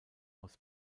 aus